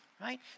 right